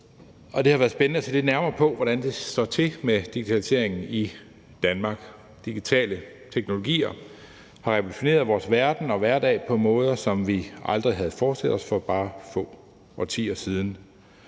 det har været spændende at se lidt nærmere på, hvordan det står til med digitaliseringen i Danmark. Digitale teknologier har revolutioneret vores verden og hverdag på måder, som vi aldrig havde forestillet os for bare få årtier siden.